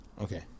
Okay